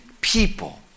people